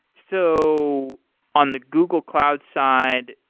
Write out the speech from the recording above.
so on the google cloud side,